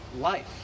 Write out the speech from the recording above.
life